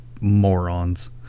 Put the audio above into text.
morons